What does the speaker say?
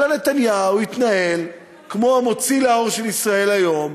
אלא נתניהו התנהל כמו המוציא לאור של "ישראל היום".